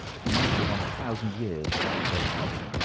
who might live on a thousand years without growing old.